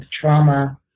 trauma